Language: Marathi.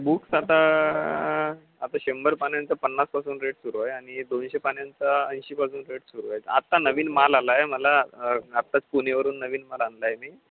बुक्स आता आता शंभर पानांचा पन्नासपासून रेट सुरू आहे आणि दोनशे पानांचा ऐंशीपासून रेट सुरू आहे आत्ता नवीन माल आला आहे मला आत्ताच पुणेवरून नवीन माल आणला आहे मी